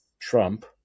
Trump